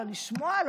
לא לשמוע,